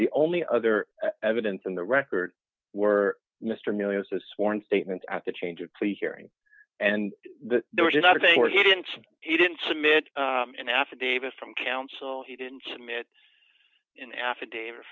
the only other evidence in the record were mr million's a sworn statement at the change of plea hearing and that there was another thing where he didn't he didn't submit an affidavit from counsel he didn't submit an affidavit